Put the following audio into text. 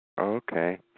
Okay